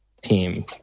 team